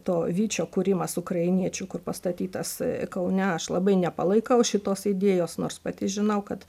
to vyčio kūrimas ukrainiečių kur pastatytas kaune aš labai nepalaikau šitos idėjos nors pati žinau kad